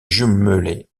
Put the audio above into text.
jumelée